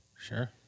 Sure